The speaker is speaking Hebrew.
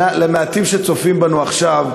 למעטים שצופים בנו עכשיו,